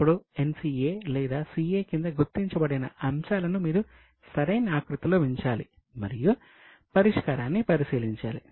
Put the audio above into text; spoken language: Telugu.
ఇప్పుడు NCA లేదా CA కింద గుర్తించబడిన అంశాలను మీరు సరైన ఆకృతిలో ఉంచాలి మరియు పరిష్కారాన్ని పరిశీలించాలి